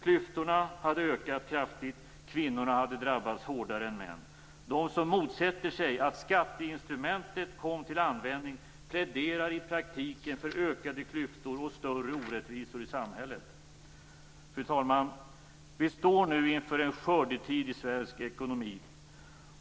Klyftorna hade ökat kraftigt, och kvinnorna hade drabbats hårdare än män. De som motsätter sig att skatteinstrumentet kom till användning pläderar i praktiken för ökade klyftor och större orättvisor i samhället. Fru talman! Vi står nu inför en skördetid i svensk ekonomi.